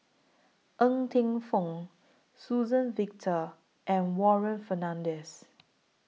Ng Teng Fong Suzann Victor and Warren Fernandez